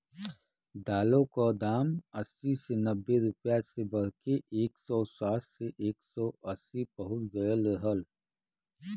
दालों क दाम अस्सी से नब्बे रुपया से बढ़के एक सौ साठ से एक सौ अस्सी पहुंच गयल रहल